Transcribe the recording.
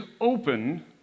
open